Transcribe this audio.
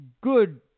good